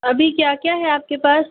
अभी क्या क्या है आपके पास